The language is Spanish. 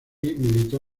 militó